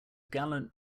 gallant